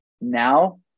Now